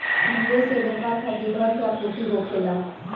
निवेश से व्यापार खातिर धन के आपूर्ति होखेला